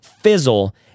fizzle